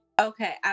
Okay